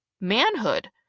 manhood